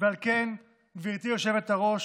ועל כן, גברתי היושבת-ראש,